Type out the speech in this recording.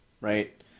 right